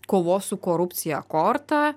kovos su korupcija kortą